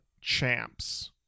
Champs